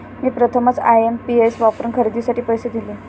मी प्रथमच आय.एम.पी.एस वापरून खरेदीसाठी पैसे दिले